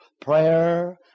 prayer